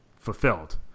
fulfilled